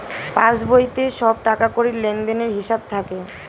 পাসবইতে সব টাকাকড়ির লেনদেনের হিসাব থাকে